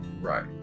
Right